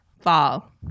Fall